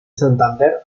santander